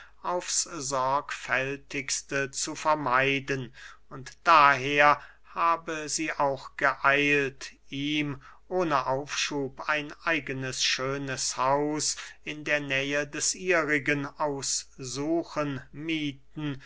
aufs sorgfältigste zu vermeiden und daher habe sie auch geeilt ihm ohne aufschub ein eigenes schönes haus in der nähe des ihrigen aussuchen miethen